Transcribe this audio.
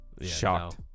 shocked